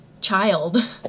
child